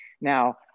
Now